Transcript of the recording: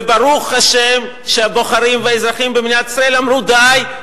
וברוך השם שהבוחרים והאזרחים במדינת ישראל אמרו: די,